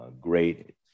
great